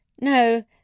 no